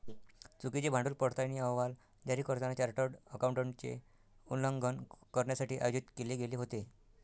चुकीचे भांडवल पडताळणी अहवाल जारी करताना चार्टर्ड अकाउंटंटचे उल्लंघन करण्यासाठी आयोजित केले गेले होते